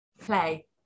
play